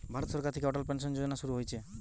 ভারত সরকার থিকে অটল পেনসন যোজনা শুরু হইছে